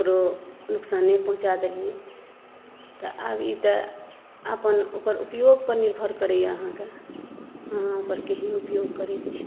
ककरो नुकसाने पहुँचा देलियै तऽ आब ई तऽ अपन ओकर उपयोगपर निरभर करैया अहाँके अहाँ ओकर केहन उपयोग करै छी